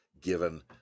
given